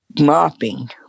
mopping